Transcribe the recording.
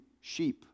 sheep